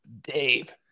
Dave